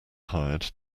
hired